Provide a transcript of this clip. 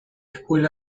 escuela